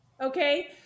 okay